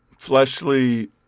fleshly